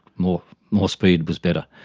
more more speed was better.